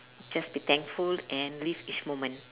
just be thankful and live each moment